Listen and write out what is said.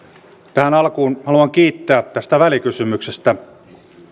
tähän alkuun haluan kiittää tästä välikysymyksestä